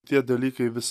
tie dalykai vis